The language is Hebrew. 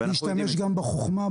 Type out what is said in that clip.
צריך להשתמש גם בחכמה,